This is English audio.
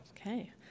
Okay